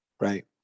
right